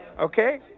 okay